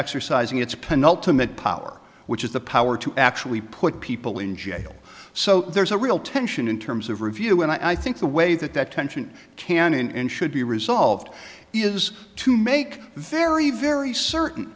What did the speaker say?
penultimate power which is the power to actually put people in jail so there's a real tension in terms of review and i think the way that that tension can and should be resolved is to make very very certain